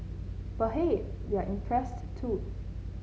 but hey we're impressed too